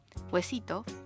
Huesito